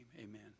Amen